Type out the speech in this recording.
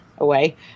away